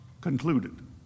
concluded